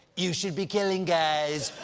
you should be killing guys.